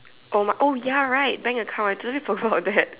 oh my oh ya right bank account I totally forget about that